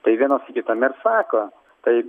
tai vienas kitam ir sako tai